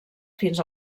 fins